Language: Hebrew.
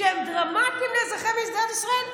שהם דרמטיים לאזרחי מדינת ישראל.